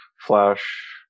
flash